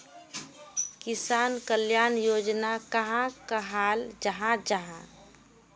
किसान कल्याण योजना कहाक कहाल जाहा जाहा?